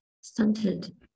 stunted